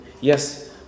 Yes